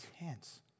intense